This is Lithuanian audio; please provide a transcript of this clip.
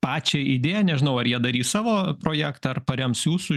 pačią idėją nežinau ar jie darys savo projektą ar parems jūsų